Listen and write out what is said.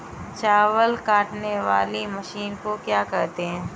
चावल काटने वाली मशीन को क्या कहते हैं?